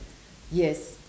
yes